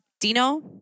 Dino